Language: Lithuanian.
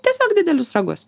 tiesiog didelius ragus